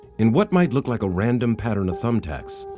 in what might look like a random pattern of thumbtacks,